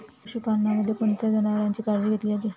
पशुपालनामध्ये कोणत्या जनावरांची काळजी घेतली जाते?